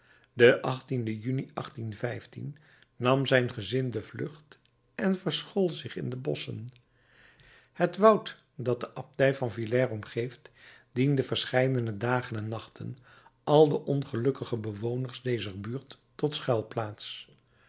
den juni nam zijn gezin de vlucht en verschool zich in de bosschen het woud dat de abdij van villers omgeeft diende verscheidene dagen en nachten al den ongelukkigen bewoners dezer buurt tot